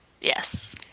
Yes